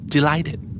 Delighted